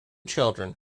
children